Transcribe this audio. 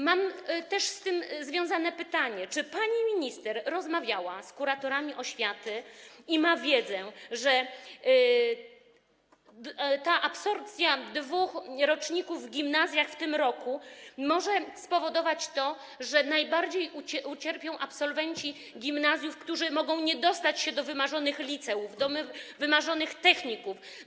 Mam też związane z tym pytanie: Czy pani minister rozmawiała z kuratorami oświaty i ma wiedzę, że ta absorpcja dwóch roczników w gimnazjach w tym roku może spowodować to, że najbardziej ucierpią absolwenci gimnazjów, którzy mogą nie dostać się do wymarzonych liceów, do wymarzonych techników?